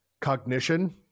cognition